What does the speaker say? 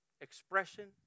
expression